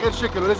ah chicken,